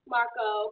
Marco